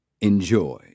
enjoy